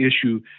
issue